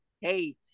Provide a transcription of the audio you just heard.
Hey